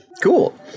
Cool